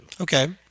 Okay